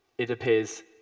it appears,